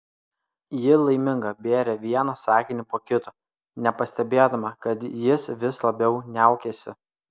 ji laiminga bėrė vieną sakinį po kito nepastebėdama kad jis vis labiau niaukiasi